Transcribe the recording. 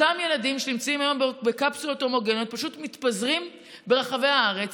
אותם ילדים שנמצאים היום בקפסולות הומוגניות פשוט מתפזרים ברחבי הארץ.